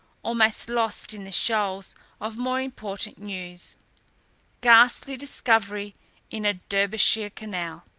almost lost in the shoals of more important news ghastly discovery in a derbyshire canal